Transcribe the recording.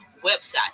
website